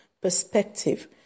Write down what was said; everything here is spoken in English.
perspective